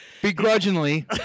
begrudgingly